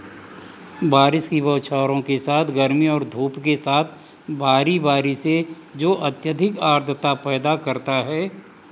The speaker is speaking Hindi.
बारिश की बौछारों के साथ गर्मी और धूप के साथ बारी बारी से जो अत्यधिक आर्द्रता पैदा करता है